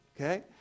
okay